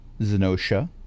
Zenosha